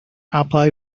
apply